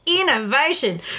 innovation